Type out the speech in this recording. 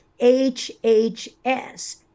HHS